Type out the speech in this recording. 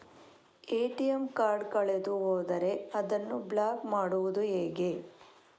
ATM card ಕಳೆದು ಹೋದರೆ ಅದನ್ನು ಬ್ಲಾಕ್ ಮಾಡುವುದು ಹೇಗೆ?